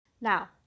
Now